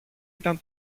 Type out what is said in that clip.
ήταν